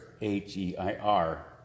H-E-I-R